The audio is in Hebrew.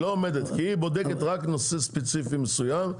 כי היא בודקת רק נושא ספציפי מסוים.